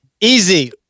easy